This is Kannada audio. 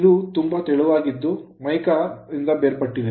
ಇದು ತುಂಬಾ ತೆಳುವಾಗಿದ್ದು mica ಅಭ್ರಕದಿಂದ ಬೇರ್ಪಟ್ಟಿದೆ